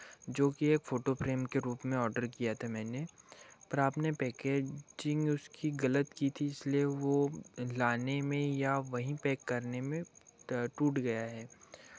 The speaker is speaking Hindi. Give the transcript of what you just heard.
जो कि एक फोटो फ्रेम के रूप में ऑर्डर किया था मैंने पर आपने पैकेज़िंग उसकी गलत की थी इसलिए वो लाने में या वहीं पैक करने में तो टूट गया है